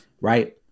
Right